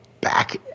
back